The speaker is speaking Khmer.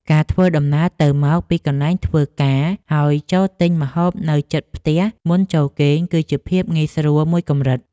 ការធ្វើដំណើរទៅមកពីកន្លែងធ្វើការហើយចូលទិញម្ហូបនៅជិតផ្ទះមុនចូលគេង គឺជាភាពងាយស្រួលមួយកម្រិត។